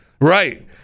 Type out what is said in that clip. Right